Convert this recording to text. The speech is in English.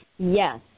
Yes